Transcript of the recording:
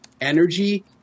energy